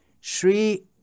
Shri